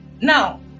Now